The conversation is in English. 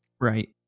Right